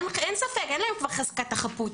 אין ספק שכבר אין להם את חזקת החפות,